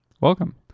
Welcome